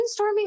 brainstorming